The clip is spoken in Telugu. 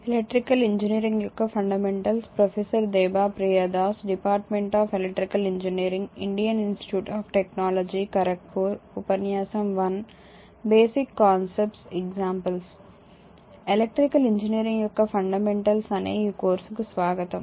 ఎలక్ట్రికల్ ఇంజనీరింగ్ యొక్క ఫండమెంటల్స్ అనే ఈ కోర్సుకు స్వాగతం